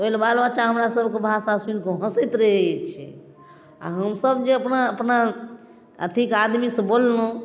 तऽ ओइ लए बाल बच्चा हमरा सभके भाषा सुनिके ओ हँसैत रहै छै आओर हम सभ जे अपना अपना अथिके आदमीसँ बोललहुँ